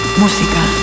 música